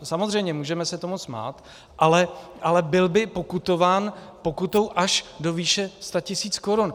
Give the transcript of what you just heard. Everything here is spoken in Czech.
Samozřejmě, můžeme se tomu smát, ale byl by pokutován pokutou až do výše 100 tisíc korun.